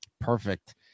Perfect